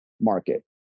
market